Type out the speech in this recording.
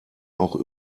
auch